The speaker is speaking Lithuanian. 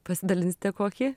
pasidalinsite kokį